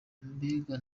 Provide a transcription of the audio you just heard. mbega